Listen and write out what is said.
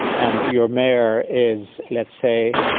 and your mare is, let's say,